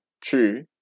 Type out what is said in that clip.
true